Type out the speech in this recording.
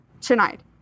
tonight